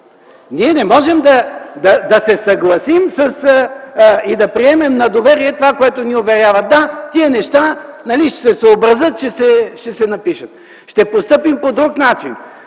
Ние не можем да се съгласим и да приемем на доверие това, в което ни уверяват. Да, тези неща нали ще се съобразят, ще се напишат?! Ще постъпим по друг начин.